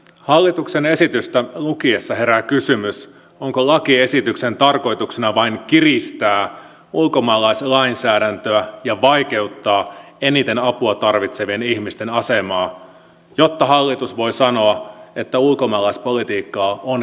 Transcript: hallituksen esitystä lukiessa herää kysymys onko lakiesityksen tarkoituksena vain kiristää ulkomaalaislainsäädäntöä ja vaikeuttaa eniten apua tarvitsevien ihmisten asemaa jotta hallitus voi sanoa että ulkomaalaispolitiikkaa on kiristetty